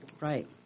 Right